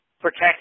protect